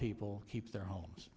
people keep their homes